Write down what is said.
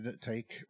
Take